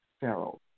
Pharaoh